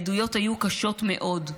העדויות היו קשות מאוד,